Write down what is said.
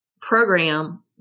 program